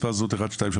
מספר זהות 12345,